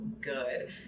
good